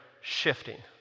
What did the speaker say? shifting